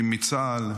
אם מצה"ל,